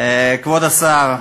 כבוד השר,